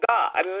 God